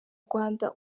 rwanda